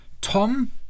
Tom